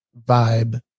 vibe